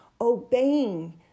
obeying